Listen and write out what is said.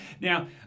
Now